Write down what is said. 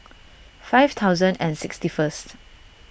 five thousand and sixty first